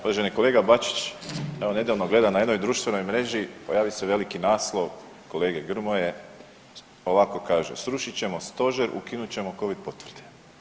Uvaženi kolega Bačić, evo nedavno gledam na jednoj društvenoj mreži pojavio se veliki naslov kolege Grmoje, ovako kaže, srušit ćemo stožer, ukinut ćemo covid potvrde.